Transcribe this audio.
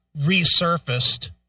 resurfaced